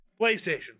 PlayStation